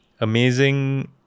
amazing